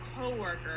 co-worker